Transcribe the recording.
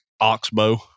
oxbow